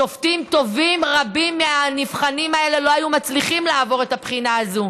שופטים רבים טובים מהנבחנים האלה לא היו מצליחים לעבור את הבחינה הזאת.